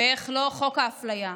ואיך לא, חוק האפליה.